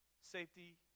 safety